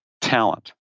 Talent